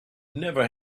never